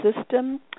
system